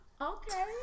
Okay